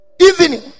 evening